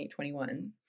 2021